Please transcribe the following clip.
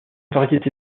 variété